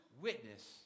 witness